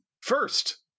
First